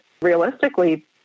realistically